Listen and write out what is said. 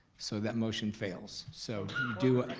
so that motion fails, so do